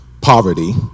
poverty